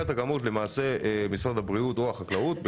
את הכמות הוא משרד הבריאות או משרד החקלאות,